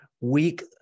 weak